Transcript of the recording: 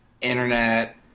internet